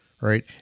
right